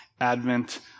Advent